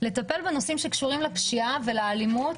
לטפל בנושאים שקשורים לפשיעה ולאלימות,